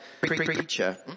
preacher